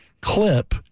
clip